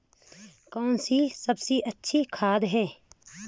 कौन सी सबसे अच्छी खाद है?